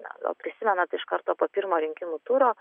gal prisimenat iš karto po pirmo rinkimų turo